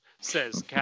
says